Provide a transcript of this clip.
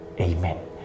amen